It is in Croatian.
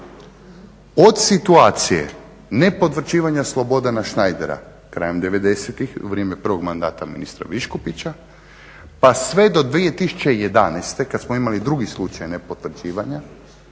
od situacije nepotvrđivanja Slobodna Šnajdera krajem devedesetih u vrijeme prvog mandata ministra Biškupića pa sve do 2011.kada smo imali drugi slučaj nepotvrđivanja